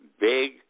big